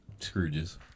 Scrooges